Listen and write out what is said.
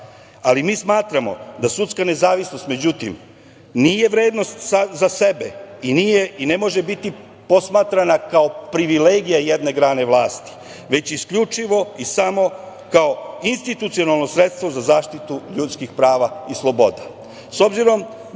ali mi smatramo da sudska nezavisnost međutim nije vrednost za sebe i nije i ne može biti posmatrana kao privilegija jedne grane vlasti već isključivo i samo kao institucionalno sredstvo za zaštitu ljudskih prava i sloboda.S